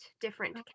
different